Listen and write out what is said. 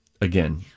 again